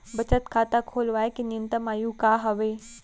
बचत खाता खोलवाय के न्यूनतम आयु का हवे?